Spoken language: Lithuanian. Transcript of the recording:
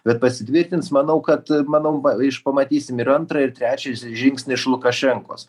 bet pasitvirtins manau kad manau ba iš pamatysime ir antrą ir trečią žingsnį iš lukašenkos